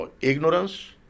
ignorance